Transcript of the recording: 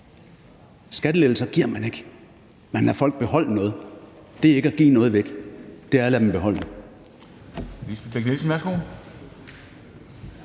Skattelettelser giver man ikke, for man lader folk beholde noget. Det er ikke at give noget væk, det er at lade dem beholde